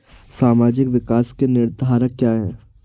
सामाजिक विकास के निर्धारक क्या है?